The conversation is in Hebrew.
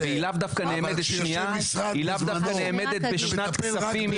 היא לאו דווקא נאמדת בשנת כספים,